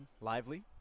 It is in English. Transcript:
Lively